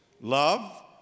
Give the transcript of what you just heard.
Love